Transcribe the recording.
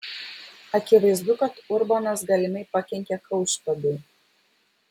akivaizdu kad urbonas galimai pakenkė kaušpėdui